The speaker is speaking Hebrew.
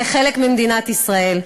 זה חלק ממדינת ישראל.